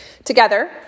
Together